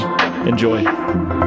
Enjoy